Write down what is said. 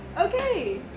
Okay